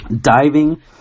diving